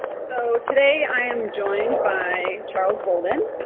so today i am joined by charles bolden.